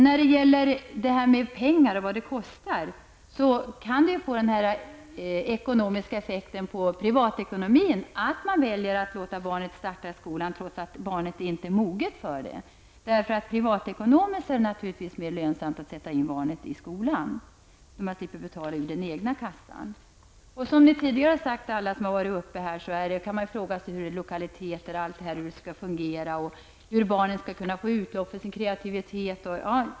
När det gäller kostnader och pengar kan det få den effekten på privatekonomin att man väljer att låta barnet börja skolan vid sex års ålder trots att barnet inte är moget för det. Det är naturligtvis privatekonomiskt lönsamt att låta barnet börja skolan. Man slipper betala ur den egna kassan. Man kan bli bekymrad över lokaliteter, hur det skall fungera, hur barnen skall få utlopp för sin kreativitet osv. Detta har berörts av tidigare talare.